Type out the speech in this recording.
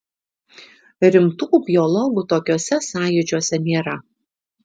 rimtų biologų tokiuose sąjūdžiuose nėra